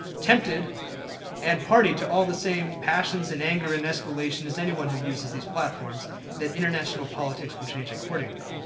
tempted and party to all the same passions and and and escalations as anyone who uses these platforms that international politics will change accordingly.